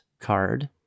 card